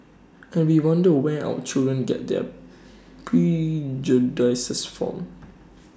and we wonder where our children get their prejudices from